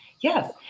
Yes